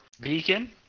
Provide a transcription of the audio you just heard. beacon